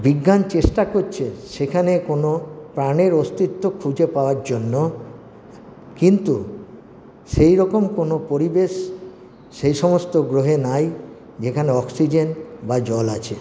বিজ্ঞান চেষ্টা করছে সেখানে কোনো প্রাণের অস্তিত্ব খুঁজে পাওয়ার জন্য কিন্তু সেইরকম কোনো পরিবেশ সেই সমস্ত গ্রহে নাই যেখানে অক্সিজেন বা জল আছে